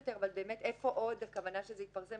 יותר והוא איפה עוד הכוונה שזה יתפרסם,